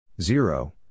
Zero